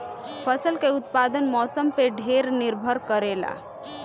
फसल के उत्पादन मौसम पे ढेर निर्भर करेला